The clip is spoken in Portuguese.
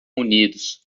unidos